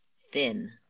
thin